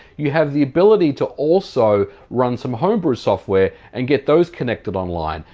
you have the ability to also run some homebrew software and get those connected online.